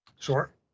Sure